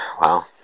wow